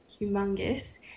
humongous